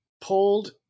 pulled